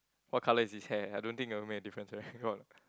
what color is his hair I don't think it will make a difference right got or not